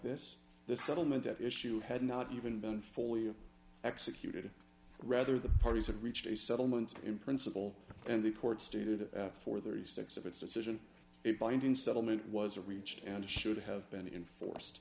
this the settlement issue had not even been fully executed rather the parties have reached a settlement in principle and the court stated for the six of its decision it binding settlement was reached and it should have been enforced